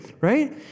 right